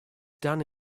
done